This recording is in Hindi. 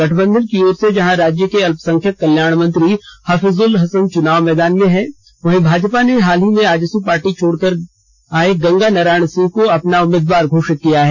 गठबंधन की ओर से जहां राज्य के अल्पसंख्यक कल्याण मंत्री हफीजुल हसन चुनाव मैदान में हैं वहीं भाजपा ने हाल ही में आजसू पार्टी छोड़ कर आए गंगा नारायण सिंह को अपना उम्मीदवार घोषित किया है